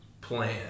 plan